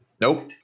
Nope